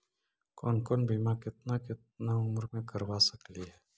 कौन कौन बिमा केतना केतना उम्र मे करबा सकली हे?